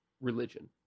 religion